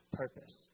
purpose